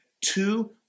two